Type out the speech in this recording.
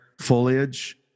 foliage